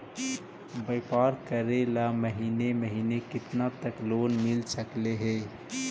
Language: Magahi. व्यापार करेल महिने महिने केतना तक लोन मिल सकले हे?